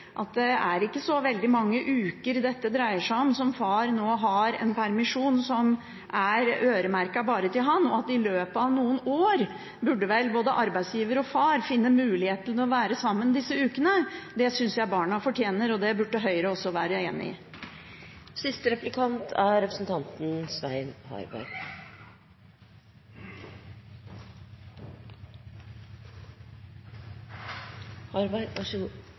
at det ikke dreier seg om så veldig mange uker hvor far har en permisjon som er øremerket bare til han, og at i løpet av noen år burde vel arbeidsgiver og far finne en mulighet til at far kan ta permisjon disse ukene. Det syns jeg barna fortjener – og det burde Høyre også være enig i. Representanten Andersen er